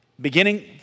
beginning